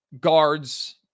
guards